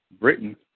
Britain